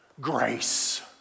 grace